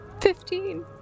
Fifteen